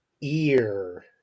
Ear